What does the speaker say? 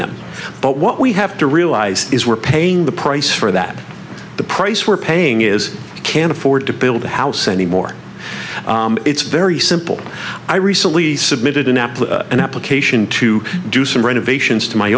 them but what we have to realize is we're paying the price for that the price we're paying is can't afford to build a house anymore it's very simple i recently submitted an apple an application to do some renovations to my